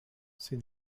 c’est